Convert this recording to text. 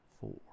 four